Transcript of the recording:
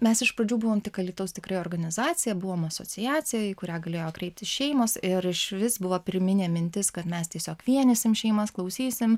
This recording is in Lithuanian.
mes iš pradžių buvom tik alytaus tikrai organizacija buvom asociacija į kurią galėjo kreiptis šeimos ir išvis buvo pirminė mintis kad mes tiesiog vienysim šeimas klausysim